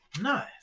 nice